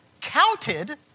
counted